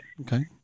Okay